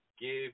give